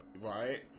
right